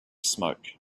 smoke